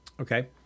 Okay